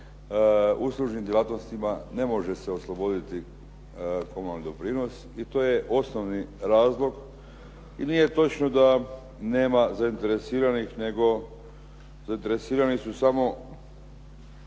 uslužnim djelatnostima ne može se osloboditi komunalni doprinos. I to je osnovni razlog i nije točno da nema zainteresiranih nego zainteresirani su samo